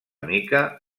mica